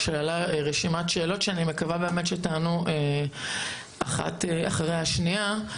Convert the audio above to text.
היא שאלה רשימת שאלות שאני מקווה שתענו אחת אחרי השנייה.